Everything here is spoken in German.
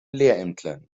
lehrämtlern